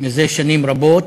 זה שנים רבות,